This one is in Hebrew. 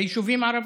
ביישובים ערביים.